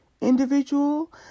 individual